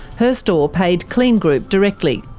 her store paid kleen group directly.